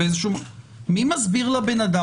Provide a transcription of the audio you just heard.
מי מסביר לבן אדם?